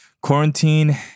quarantine